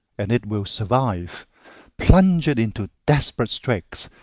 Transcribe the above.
and it will survive plunge it into desperate straits,